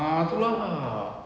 ah tu lah